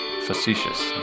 Facetious